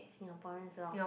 Singaporeans lor